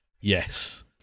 yes